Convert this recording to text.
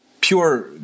pure